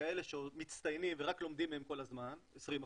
כאלה שעוד מצטיינים ורק לומדים מהם כל הזמן 20%,